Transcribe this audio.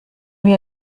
wir